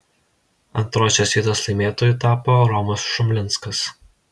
antrosios vietos laimėtoju tapo romas šumlinskas